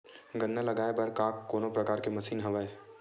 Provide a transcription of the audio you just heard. गन्ना लगाये बर का कोनो प्रकार के मशीन हवय?